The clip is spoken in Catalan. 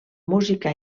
música